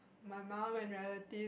my mum and relatives